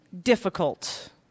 difficult